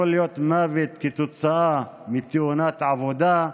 זה יכול להיות מוות כתוצאה מתאונת עבודה,